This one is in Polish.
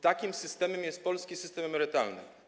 Takim systemem jest polski system emerytalny.